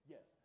Yes